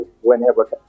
whenever